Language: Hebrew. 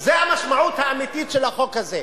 זו המשמעות האמיתית של החוק הזה.